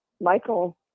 Michael